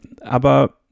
Aber